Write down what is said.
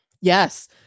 Yes